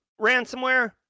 ransomware